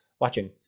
watching